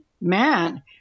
man